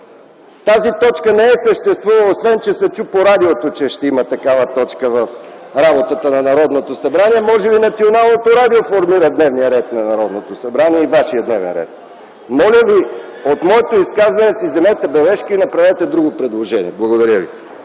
тази точка не съществуваше. Чу се по радиото, че ще има такава точка в работата на Народното събрание. Може би Националното радио формира дневния ред на Народното събрание и Вашия дневен ред. Моля Ви от моето изказване да си вземете бележка и да направите друго предложение. Благодаря ви.